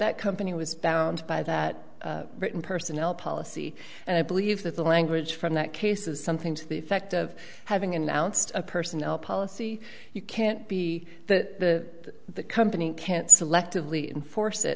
that company was bound by that written personnel policy and i believe that the language from that case is something to the effect of having announced a personnel policy you can't be that the company can't selectively enforce it